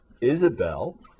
Isabel